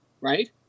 right